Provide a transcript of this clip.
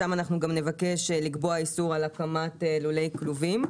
שם אנחנו גם נבקש לקבוע איסור על הקמת לולי כלובים.